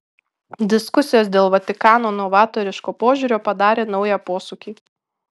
diskusijos dėl vatikano novatoriško požiūrio padarė naują posūkį